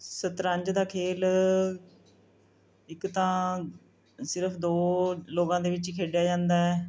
ਸ਼ਤਰੰਜ ਦੀ ਖੇਡ ਇੱਕ ਤਾਂ ਸਿਰਫ ਦੋ ਲੋਕਾਂ ਦੇ ਵਿੱਚ ਹੀ ਖੇਡਿਆ ਜਾਂਦਾ ਹੈ